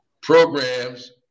programs